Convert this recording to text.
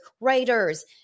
writers